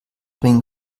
bringen